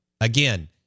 again